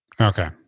Okay